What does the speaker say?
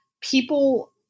people